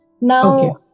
now